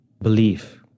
Belief